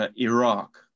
Iraq